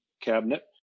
cabinet